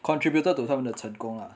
contributed to 他们的成功 lah